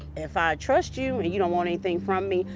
if i trust you and you don't want anything from me,